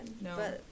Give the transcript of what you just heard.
No